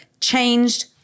changed